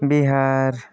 Bihar